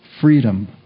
freedom